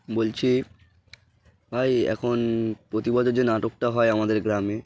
বলছি ভাই এখন প্রতি বছর যে নাটকটা হয় আমাদের গ্রামে